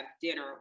dinner